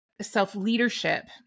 self-leadership